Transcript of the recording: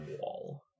wall